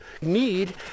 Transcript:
need